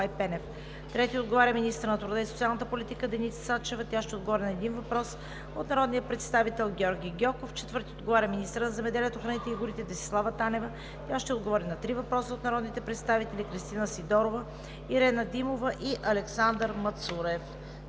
Трети отговаря министърът на труда и социалната политика Деница Сачева на един въпрос от народния представител Георги Гьоков. Четвърти ще отговаря министърът на земеделието, храните и горите Десислава Танева на три въпроса от народните представители Кристина Сидорова; Ирена Димова; и Александър Мацурев.